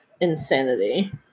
insanity